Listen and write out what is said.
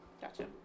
Gotcha